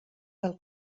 del